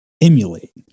emulate